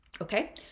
okay